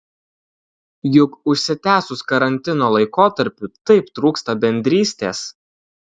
juk užsitęsus karantino laikotarpiui taip trūksta bendrystės